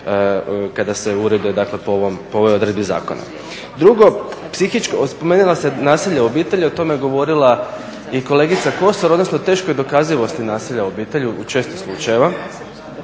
kada se urede po ovoj odredbi zakona. Drugo, spomenuli ste nasilje u obitelji, o tome je govorila i kolegica Kosor odnosno o teškoj dokazivosti nasilja u obitelji u često slučajeva.